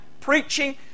preaching